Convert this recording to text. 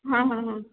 हां हां हां